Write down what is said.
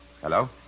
Hello